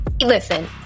Listen